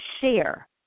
share